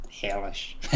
hellish